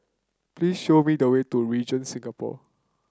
please show me the way to Regent Singapore